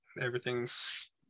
everything's